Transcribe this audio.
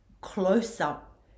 close-up